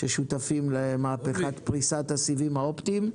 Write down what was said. ששותפים למהפכת פריסת הסיבים האופטיים.